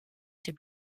chez